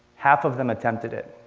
half of them attempted it.